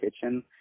Kitchen –